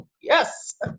Yes